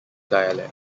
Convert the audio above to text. dialect